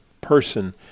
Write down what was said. person